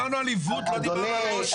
דיברנו על עיוות, לא דיברנו על עושר.